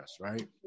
right